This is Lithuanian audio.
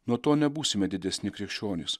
nuo to nebūsime didesni krikščionys